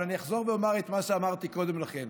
אבל אני אחזור ואומר את מה שאמרתי קודם לכן: